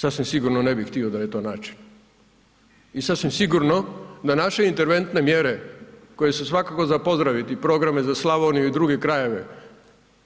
Sasvim sigurno ne bi htio da je to način i sasvim sigurno da naše interventne mjere koje su svakako za pozdraviti programe za Slavoniju i druge krajeve,